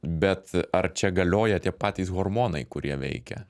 bet ar čia galioja tie patys hormonai kurie veikia